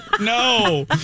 No